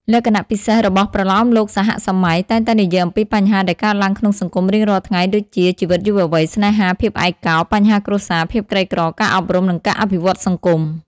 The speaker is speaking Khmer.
លក្ខណៈពិសេសរបស់ប្រលោមលោកសហសម័យតែងតែនិយាយអំពីបញ្ហាដែលកើតឡើងក្នុងសង្គមរៀងរាល់ថ្ងៃ ដូចជា ជីវិតយុវវ័យ ស្នេហា ភាពឯកោ បញ្ហាគ្រួសារ ភាពក្រីក្រ ការអប់រំ និងការអភិវឌ្ឍន៌សង្គម។